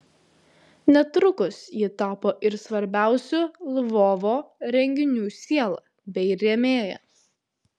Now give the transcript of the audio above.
netrukus ji tapo ir svarbiausių lvovo renginių siela bei rėmėja